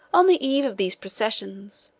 on the eve of these processions,